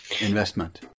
Investment